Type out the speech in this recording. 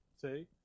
See